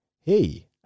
hey